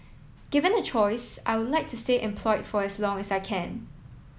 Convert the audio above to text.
given a choice I would like to stay employed for as long as I can